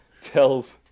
tells